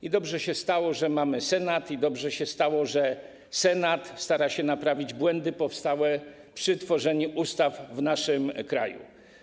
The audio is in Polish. I dobrze się stało, że mamy Senat, i dobrze się stało, że Senat stara się naprawić błędy powstałe przy tworzeniu ustaw w naszym kraju.